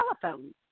telephone